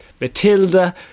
Matilda